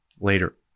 later